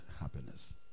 happiness